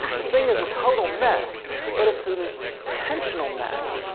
the thing is a total mess but it's an intentional mess.